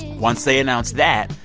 once they announced that,